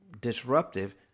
disruptive